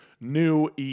new